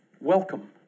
welcome